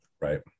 right